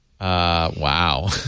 Wow